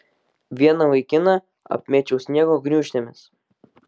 vieną vaikiną apmėčiau sniego gniūžtėmis